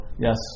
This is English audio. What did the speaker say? yes